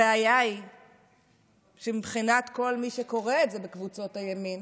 הבעיה היא שמבחינת כל מי שקורא את זה בקבוצות הימין,